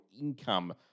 income